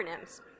acronyms